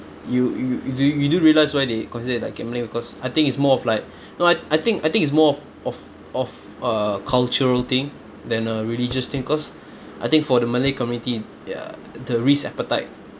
you you do you do realise why they considered it like gambling because I think it's more of like no I I think I think is more of of of a cultural thing than a religious thing cause I think for the malay community ya the risk appetite